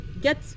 get